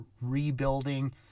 rebuilding